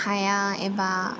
हाया एबा